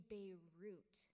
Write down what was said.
Beirut